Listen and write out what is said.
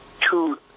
two